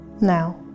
Now